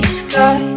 sky